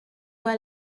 bas